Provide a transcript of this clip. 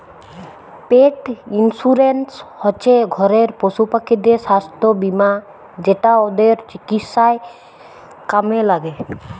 পেট insurance হচ্যে ঘরের পশুপাখিদের সাস্থ বীমা যেটা ওদের চিকিৎসায় কামে ল্যাগে